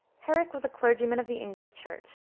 herrick was a clergyman of the english church,